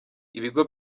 ibigo